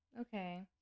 Okay